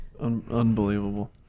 unbelievable